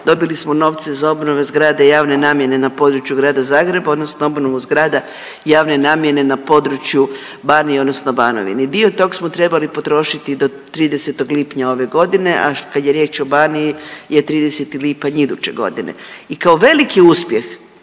dobili smo novce za obnovu zgrade javne namjene na području Grada Zagreba odnosno obnovu zgrada javne namjene na području Banije odnosno Banovine. Dio tog smo trebali potrošiti do 30. lipnja ove godine, a kad je riječ o Baniji je 30. lipanj iduće godine i kao veliki uspjeh